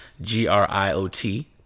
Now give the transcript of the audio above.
G-R-I-O-T